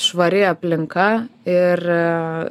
švari aplinka ir